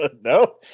no